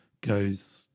goes